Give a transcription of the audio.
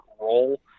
role